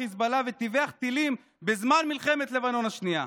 חיזבאללה וטיווח טילים בזמן מלחמת לבנון השנייה.